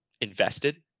invested